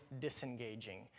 disengaging